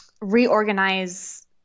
reorganize